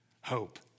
hope